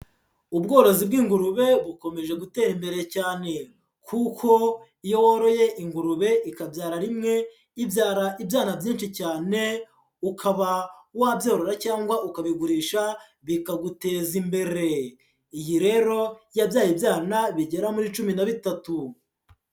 Ubworozi bw'ingurube bukomeje gutera imbere cyane kuko iyo woroye ingurube ikabyara rimwe; ibyara ibyana byinshi cyane, ukaba wabyorora cyangwa ukabigurisha bikaguteza imbere; iyi rero yabyaye ibyana bigera muri cumi na bitatu.